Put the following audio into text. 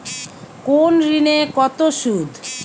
কোন ঋণে কত সুদ?